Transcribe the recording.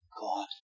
God